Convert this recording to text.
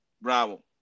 Bravo